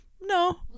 no